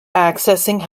accessing